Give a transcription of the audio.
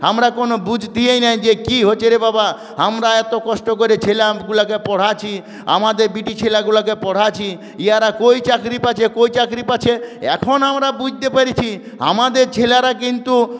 কোন বুঝতেই নাই যে কি হচ্ছে রে বাবা আমরা এতো কষ্ট করে ছেলেগুলোকে পড়াচ্ছি আমাদের বিটি ছেলেগুলোকে পড়াচ্ছি ইয়ারা কই চাকরি পাচ্ছে কই চাকরি পাচ্ছে এখন আমরা বুঝতে পারছি আমাদের ছেলেরা কিন্তু